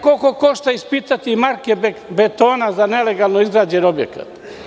Koliko košta ispitati marke betona za nelegalno izgrađen objekat?